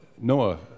Noah